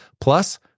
Plus